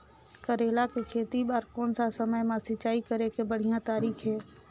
करेला के खेती बार कोन सा समय मां सिंचाई करे के बढ़िया तारीक हे?